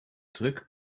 druk